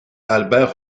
albert